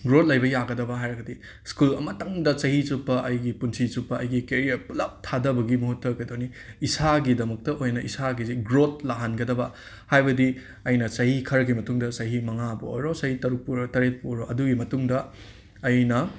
growth ꯂꯩꯕ ꯌꯥꯒꯗꯕ ꯍꯥꯏꯔꯒꯗꯤ ꯁ꯭ꯀꯨꯜ ꯑꯃꯇꯪꯗ ꯆꯥꯍꯤ ꯆꯨꯞꯄ ꯑꯩꯒꯤ ꯄꯨꯟꯁꯤ ꯆꯨꯞꯄ ꯑꯩꯒꯤ ꯀꯦꯔꯤꯌꯔ ꯄꯨꯜꯂꯞ ꯊꯥꯗꯕꯒꯤ ꯃꯥꯍꯨꯠꯇ ꯀꯩꯗꯧꯅꯤ ꯏꯁꯥꯒꯤꯗꯃꯛꯇ ꯑꯣꯏꯅ ꯏꯁꯥꯒꯤ ꯁꯤ ꯒ꯭ꯔꯣꯊ ꯂꯥꯛꯍꯟꯒꯗꯕ ꯍꯥꯏꯕꯗꯤ ꯑꯩꯅ ꯆꯥꯍꯤ ꯈꯔꯒꯤ ꯃꯇꯨꯡꯗ ꯆꯍꯤ ꯃꯉꯥꯕꯨ ꯑꯣꯏꯔꯣ ꯆꯥꯍꯤ ꯇꯥꯔꯨꯛꯄꯨ ꯑꯣꯏꯔꯣ ꯇꯥꯔꯦꯠꯄꯨ ꯑꯣꯏꯔꯣ ꯑꯗꯨꯒꯤ ꯃꯇꯨꯡꯗ ꯑꯩꯅ